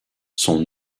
son